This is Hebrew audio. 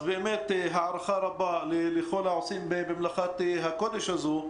אז הערכה רבה לכל העוסקים במלאכת הקודש הזו,